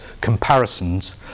comparisons